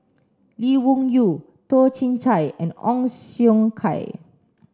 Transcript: Lee Wung Yew Toh Chin Chye and Ong Siong Kai